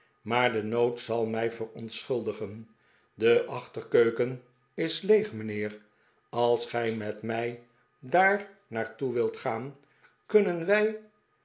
maar de nood zal mij verontschuldigen de achterkeuken is leeg mijnheer als gij met mij daar naar toe wilt gaan kunnen wij